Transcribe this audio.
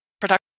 production